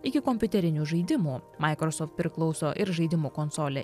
iki kompiuterinių žaidimų microsoft priklauso ir žaidimų konsolė